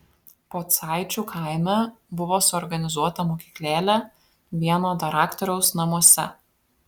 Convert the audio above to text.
pocaičių kaime buvo suorganizuota mokyklėlė vieno daraktoriaus namuose